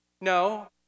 No